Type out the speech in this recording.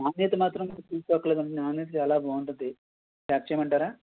నాణ్యత మాత్రం చూసుకోక్కర్లేదండి నాణ్యత చాలా బాగుంటుంది ప్యాక్ చేయమంటారా